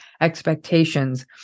expectations